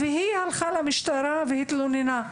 והיא הלכה למשטרה והתלוננה.